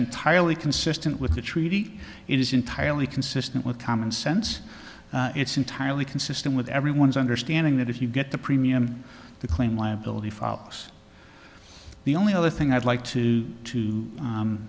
entirely consistent with the treaty it is entirely consistent with commonsense it's entirely consistent with everyone's understanding that if you get the premium the claim liability follows the only other thing i'd like to to